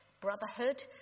brotherhood